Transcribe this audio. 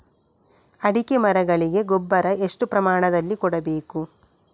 ಅಡಿಕೆ ಮರಗಳಿಗೆ ಗೊಬ್ಬರ ಎಷ್ಟು ಪ್ರಮಾಣದಲ್ಲಿ ಕೊಡಬೇಕು?